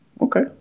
Okay